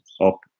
up